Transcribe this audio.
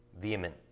vehement